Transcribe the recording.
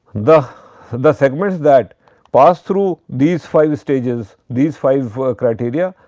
the the segments that pass through these five stages, these five criteria,